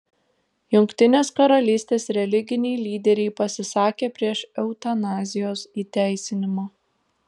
jungtinės karalystės religiniai lyderiai pasisakė prieš eutanazijos įteisinimą